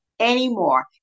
anymore